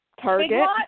Target